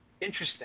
interesting